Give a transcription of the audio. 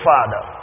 Father